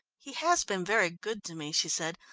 he has been very good to me, she said,